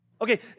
Okay